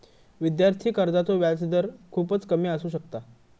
विद्यार्थी कर्जाचो व्याजदर खूपच कमी असू शकता